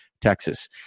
Texas